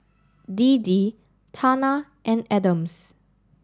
Deedee Tana and Adams